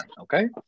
Okay